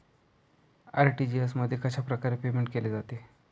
RTGS मध्ये कशाप्रकारे payment केले जाते?